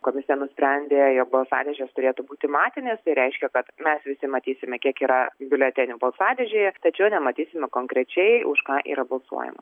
komisija nusprendė jog balsadėžės turėtų būti matinės tai reiškia kad mes visi matysime kiek yra biuletenių balsadėžėje tačiau nematysime konkrečiai už ką yra balsuojama